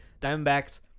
Diamondbacks